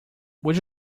would